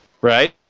Right